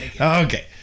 Okay